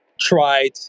tried